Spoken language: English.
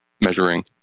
measuring